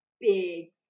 big